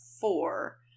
four